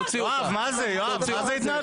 יואב, מה זאת ההתנהגות הזאת?